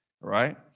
right